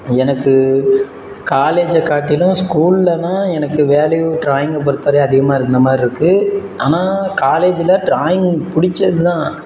எனக்கு காலேஜை காட்டிலும் ஸ்கூலில் தான் எனக்கு வேல்யூ ட்ராயிங்கை பொருத்தளவு அதிகமாக இருந்தமாதிரி இருக்குது ஆனால் காலேஜில் ட்ராயிங் பிடிச்சது தான்